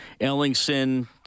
Ellingson